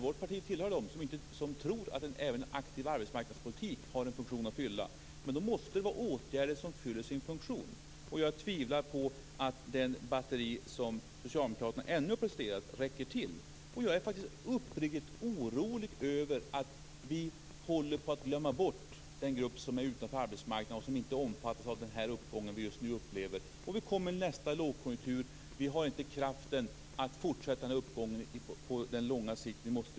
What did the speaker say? Vårt parti tillhör dem som tror att även en aktiv arbetsmarknadspolitik har en funktion att fylla. Men då måste det vara åtgärder som fyller sin funktion. Jag tvivlar på att det batteri som socialdemokraterna hittills har presterat räcker till. Jag är faktiskt uppriktigt orolig över att vi håller på att glömma bort den grupp som är utanför arbetsmarknaden och som inte omfattas av den uppgång vi just nu upplever. Vid nästa lågkonjunktur har vi inte kraften att fortsätta uppgången på lång sikt.